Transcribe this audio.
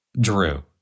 Drew